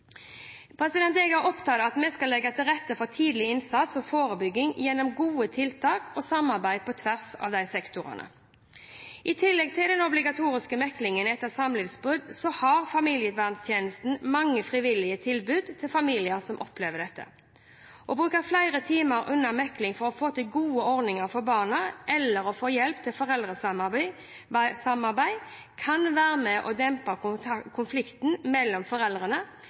Jeg er opptatt av at vi skal legge til rette for tidlig innsats og forebygging gjennom gode tiltak og samarbeid på tvers av sektorer. I tillegg til den obligatoriske meklingen etter samlivsbrudd har familieverntjenesten mange frivillige tilbud til familier som opplever dette. Å bruke flere timer under mekling for å få til gode ordninger for barna eller få hjelp til foreldresamarbeid kan være med på å dempe på konflikten mellom foreldrene,